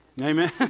Amen